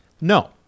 No